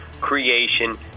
creation